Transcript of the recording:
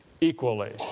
equally